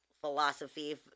philosophy